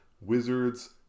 wizards